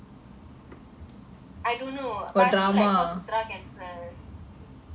I don't know but I feel like because sudra